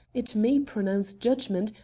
it may pronounce judgment,